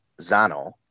Zano